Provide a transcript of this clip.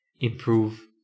improve